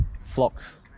flocks